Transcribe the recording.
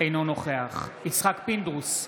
אינו נוכח יצחק פינדרוס,